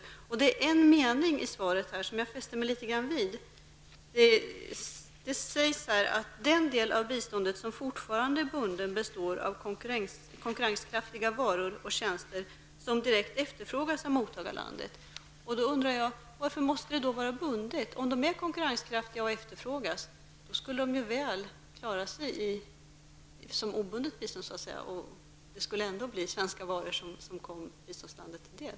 Jag fäste mig särskilt vid en mening i svaret, nämligen den där det framhålls att den del av biståndet som fortfarande är bunden består av konkurrenskraftiga varor och tjänster, som direkt efterfrågas av mottagarlandet. Jag undrar varför biståndet då måste vara bundet. Om varorna och tjänsterna är konkurrenskraftiga och efterfrågade, skulle de klara sig väl även med ett obundet bistånd. Det skulle ändå bli så att svenska varor skulle komma biståndslandet till del.